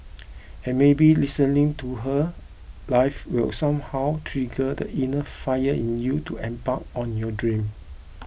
and maybe listening to her live will somehow trigger the inner fire in you to embark on your dreams